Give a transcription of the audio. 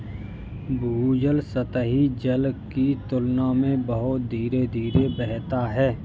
भूजल सतही जल की तुलना में बहुत धीरे धीरे बहता है